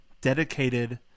dedicated